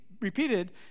repeated